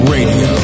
Radio